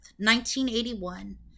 1981